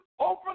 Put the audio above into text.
Open